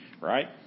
right